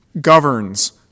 governs